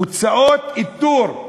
הוצאות איתור.